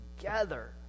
together